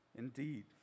Indeed